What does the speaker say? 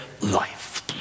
Life